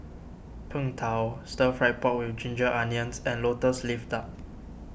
Png Tao Stir Fry Pork with Ginger Onions and Lotus Leaf Duck